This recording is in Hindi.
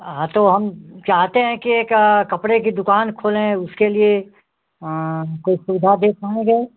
हाँ तो हम चाहते हैं कि एक कपड़े की दुकान खोलें उसके लिए कोई सुविधा दे पाएँगे